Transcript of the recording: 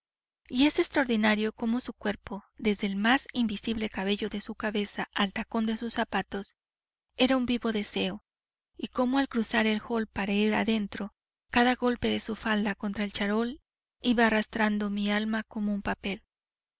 y es extraordinario cómo su cuerpo desde el más invisible cabello de su cabeza al tacón de sus zapatos era un vivo deseo y cómo al cruzar el hall para ir adentro cada golpe de su falda contra el charol iba arrastrando mi alma como un papel